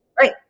Right